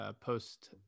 post